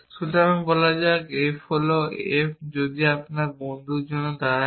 সুতরাং বলা যাক f হল f যদি আপনার বন্ধুর জন্য দাঁড়ায়